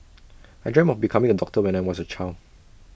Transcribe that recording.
I dreamt of becoming A doctor when I was A child